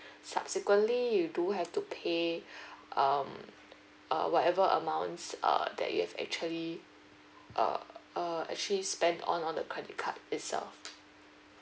subsequently you do have to pay um uh whatever amounts err that you have actually uh uh actually spend on on the credit card itself